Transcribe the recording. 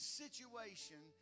situation